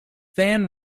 van